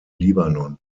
libanon